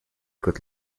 could